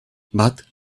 but